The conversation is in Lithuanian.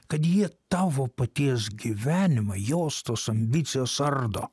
kad jie tavo paties gyvenimą jos tos ambicijos ardo